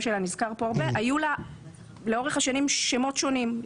שלה נזכר פה הרבה היו לאורך השנים שמות שונים.